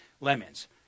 lemons